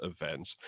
events